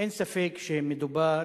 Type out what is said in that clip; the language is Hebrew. אין ספק שמדובר